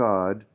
God